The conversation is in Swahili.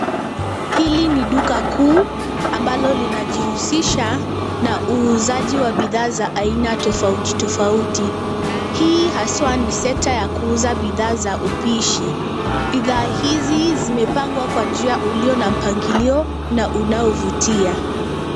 Hili ni duka kuu ambalo linajihusisha na uuzaji wa bidhaa za aina tofauti tofauti. Hii haswa ni sekta ya kuuza bidhaa za upishi. Bidhaa hizi zimepangwa kwa njia ulio na mpangilio na unaovutia.